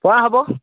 পোৱা হ'ব